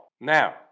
Now